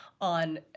on